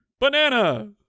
banana